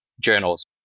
journals